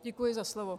Děkuji za slovo.